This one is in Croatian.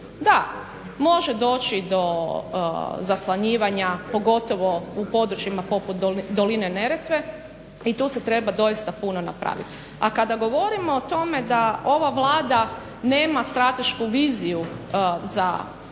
Da, može doći do zaslanivanja, pogotovo u područjima poput doline Neretve i tu se treba doista puno napraviti. A kada govorimo o tome da ova Vlada nema stratešku viziju za